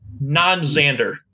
non-Xander